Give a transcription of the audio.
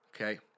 okay